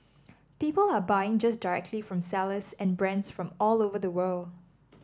people are buying just directly from sellers and brands from all of the world